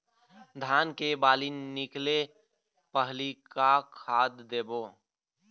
धान के बाली निकले पहली का खाद देबो?